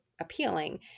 appealing